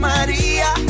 Maria